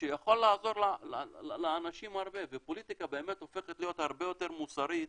שיכול לעזור לאנשים הרבה ופוליטיקה באמת הופכת להיות הרבה יותר מוסרית